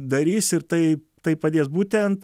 darys ir tai tai padės būtent